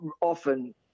often